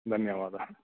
धन्यवादः